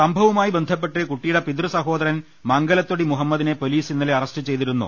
സംഭവവുമായി ബന്ധപ്പെട്ട് കുട്ടിയുടെ പിതൃസഹോദരൻ മംഗലത്തൊടി മുഹമ്മദിനെ പൊലീസ് ഇന്നലെ അറസ്റ്റ്ചെയിതിരുന്നു